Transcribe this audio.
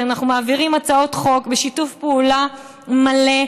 שאנחנו מעבירים הצעות חוק בשיתוף פעולה מלא,